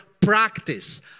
practice